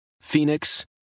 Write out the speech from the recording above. Phoenix